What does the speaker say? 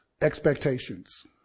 expectations